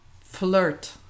Flirt